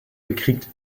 gekriegt